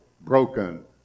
broken